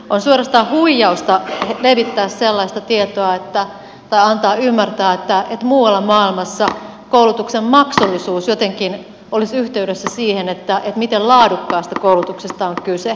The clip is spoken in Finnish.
on suorastaan huijausta levittää sellaista tietoa tai antaa ymmärtää että muualla maailmassa koulutuksen maksullisuus jotenkin olisi yhteydessä siihen miten laadukkaasta koulutuksesta on kyse